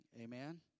amen